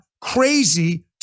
crazy